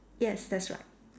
yes that's right